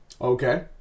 Okay